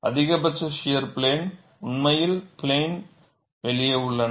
அதிகபட்ச shear plane உண்மையில் plane வெளியே உள்ளன